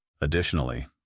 Additionally